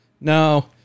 no